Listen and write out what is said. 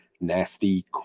nasty